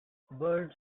birds